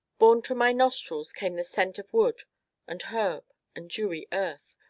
borne to my nostrils came the scent of wood and herb and dewy earth,